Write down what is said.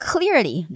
Clearly